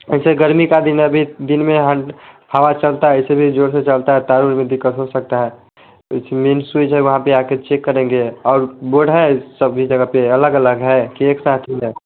ऐसे गर्मी का दिन अभी दिन में हा हवा चलता है इससे भी ज़ोर से चलता तार उर में दिक्कत हो सकती है यह जो मैंने स्विच है वहाँ पर आकर चेक करेंगे और बोर्ड है सभी जगह पर अलग अलग है कि एक साथ है